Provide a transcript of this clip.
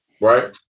Right